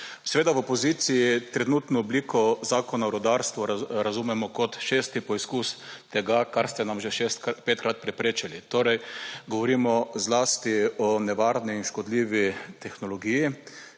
Seveda, v opoziciji trenutno obliko Zakona o rudarstvu razumemo kot šest poizkus tega, kar ste nam že petkrat preprečili. Torej, govorimo zlasti o nevarni in škodljivi tehnologiji,